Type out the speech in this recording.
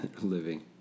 living